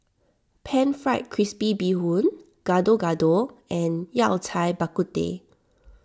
Pan Fried Crispy Bee Hoon Gado Gado and Yao Cai Bak Kut Teh